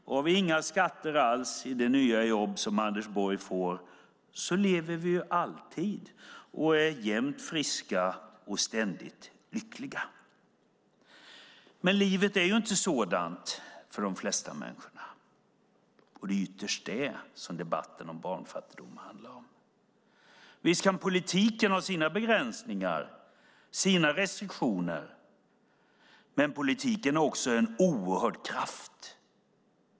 Om vi inga skatter alls har i det nya jobb som Anders Borg får lever vi ju alltid och är jämt friska och ständigt lyckliga. Men livet är inte sådant för de flesta människorna, och det är ytterst det som debatten om barnfattigdom handlar om. Visst kan politiken ha sina begränsningar och sina restriktioner. Men politiken är också en oerhörd kraft.